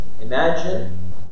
imagine